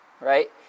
right